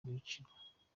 biciwe